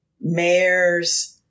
mayors